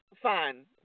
Fine